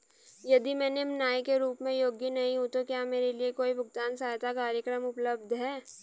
यदि मैं निम्न आय के रूप में योग्य नहीं हूँ तो क्या मेरे लिए कोई भुगतान सहायता कार्यक्रम उपलब्ध है?